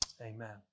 Amen